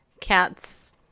Cats